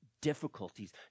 difficulties